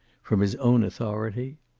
from his own authority.